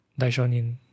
Daishonin